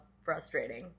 frustrating